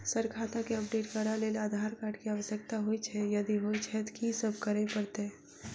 Sir खाता केँ update करऽ लेल आधार कार्ड केँ आवश्यकता होइ छैय यदि होइ छैथ की सब करैपरतैय?